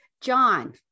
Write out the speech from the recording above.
John